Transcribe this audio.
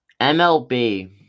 MLB